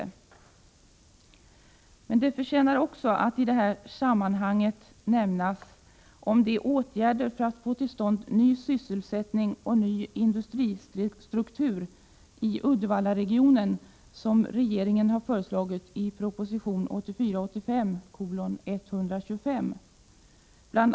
I detta sammanhang förtjänar också att nämnas de åtgärder för att få till stånd ny sysselsättning och en ny industristruktur i Uddevallaregionen som regeringen har föreslagit i proposition 1984/85:125. Bl.